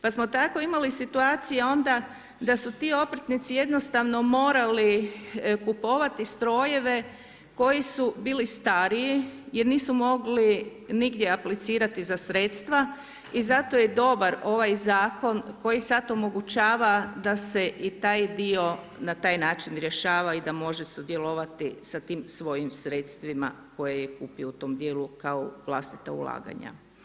Pa smo tako imali situacija onda da su ti obrtnici jednostavno morali kupovati strojeve koji su bili stariji jer nisu mogli nigdje aplicirati za sredstva i zato je dobar ovaj zakon koji sada omogućava da se i taj dio na taj način rješava i da može sudjelovati sa tim svojim sredstvima koje je kupio u tom dijelu kao vlastita ulaganja.